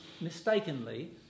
mistakenly